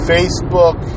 Facebook